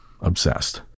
Obsessed